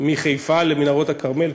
מחיפה למנהרות הכרמל.